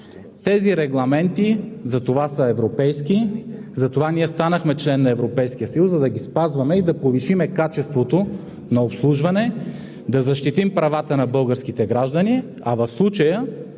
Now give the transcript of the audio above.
Тези регламенти затова са европейски, затова ние станахме член на Европейския съюз, за да ги спазваме и да повишим качеството на обслужване, да защитим правата на българските граждани, а в случая